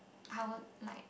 I would like